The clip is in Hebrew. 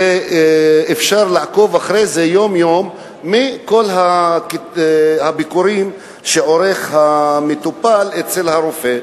אפשר לעקוב אחרי זה יום-יום מכל הביקורים שהמטופל עורך אצל הרופא.